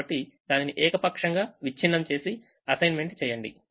కాబట్టి దానిని ఏకపక్షంగా విచ్ఛిన్నం చేసిఅసైన్మెంట్ చేయండి